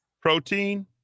protein